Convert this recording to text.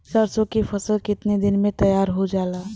सरसों की फसल कितने दिन में तैयार हो जाला?